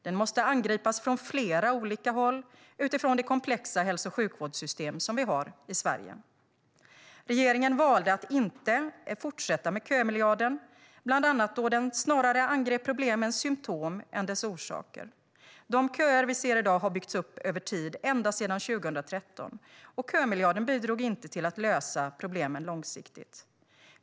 Den måste angripas från flera olika håll utifrån det komplexa hälso och sjukvårdssystem vi har i Sverige. Regeringen valde att inte fortsätta med kömiljarden, bland annat då den angrep problemens symtom snarare än deras orsaker. De köer vi ser i dag har byggts upp över tid ända sedan 2013, och kömiljarden bidrog inte till att lösa problemen långsiktigt.